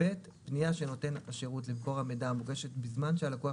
פנייה של נותן השירות למקור המידע המוגשת בזמן שהלקוח